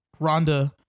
Rhonda